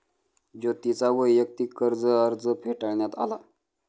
ज्योतीचा वैयक्तिक कर्ज अर्ज फेटाळण्यात आला